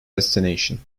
destination